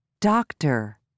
Doctor